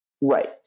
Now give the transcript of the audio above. Right